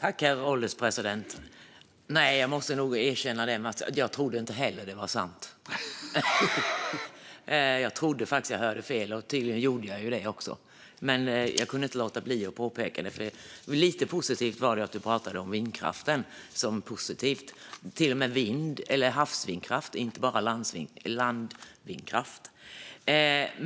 Herr ålderspresident! Jag måste erkänna att jag inte heller trodde att det var sant. Jag trodde faktiskt att jag hörde fel, vilket jag tydligen gjorde. Men jag kunde inte låta bli att påpeka det, för det var positivt att du pratade om vindkraft som något positivt, Mats Green, till och med havsvindkraft och inte bara landvindkraft.